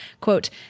Quote